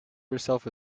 herself